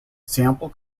sample